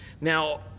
Now